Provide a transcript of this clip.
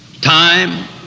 time